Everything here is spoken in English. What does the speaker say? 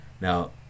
Now